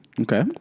Okay